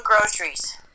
groceries